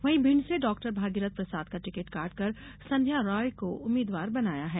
वहीं भिंड से डॉक्टर भागीरथ प्रसाद का टिकट काटकर संध्या राय को उम्मीदवार बनाया है